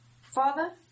Father